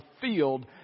field